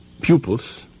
pupils